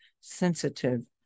sensitive